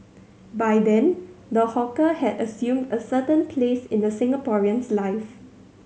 by then the hawker had assumed a certain place in the Singaporean's life